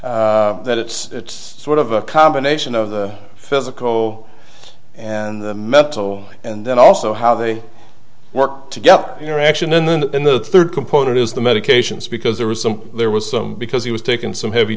that it's sort of a combination of the physical and the mental and then also how they work together interaction and then in the third component is the medications because there was some there was some because he was taken some heavy